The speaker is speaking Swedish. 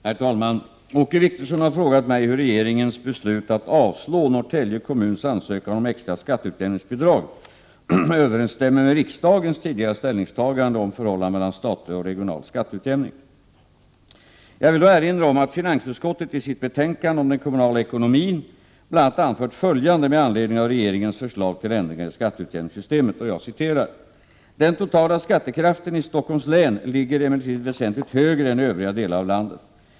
Herr talman! Åke Wictorsson har frågat mig hur regeringens beslut att avslå Norrtälje kommuns ansökan om extra skatteutjämningsbidrag överensstämmer med riksdagens tidigare ställningstagande om förhållandet mellan statlig och regional skatteutjämning. Jag vill då erinra om att finansutskottet i sitt betänkande om den kommunala ekonomin bl.a. anfört följande med anledning av regeringens förslag till ändringar i skatteutjämningssystemet: ”Den totala skattekraften i Stockholms län ligger emellertid väsentligt högre än i övriga delar av landet.